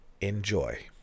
enjoy